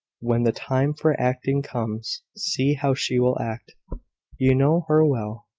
when the time for acting comes, see how she will act you know her well,